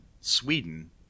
Sweden